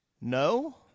no